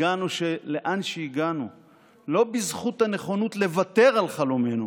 הגענו לאן שהגענו לא בזכות הנכונות לוותר על חלומנו